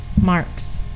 marks